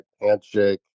handshake